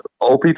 OPP